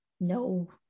no